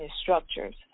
structures